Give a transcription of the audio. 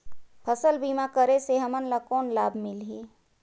फसल बीमा करे से हमन ला कौन लाभ मिलही?